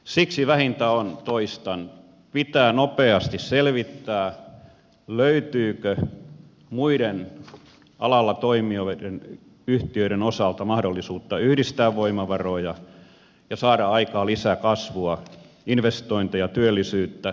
siksi vähintä on toistan että pitää nopeasti selvittää löytyykö muiden alalla toimivien yhtiöiden osalta mahdollisuutta yhdistää voimavaroja ja saada aikaan lisäkasvua investointeja työllisyyttä